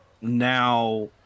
now